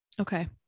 Okay